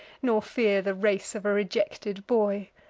nor fear the race of a rejected boy.